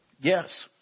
Yes